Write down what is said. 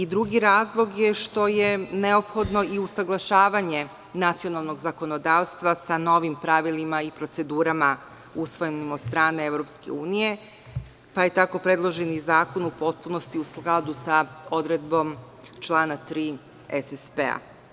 Drugi razlog je što je neophodno i usaglašavanje nacionalnog zakonodavstva sa novim pravilima i procedurama usvojenim od strane Evropske unije, pa je tako predloženi zakon u potpunosti u skladu sa odredbom člana 3. SSP.